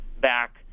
back